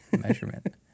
measurement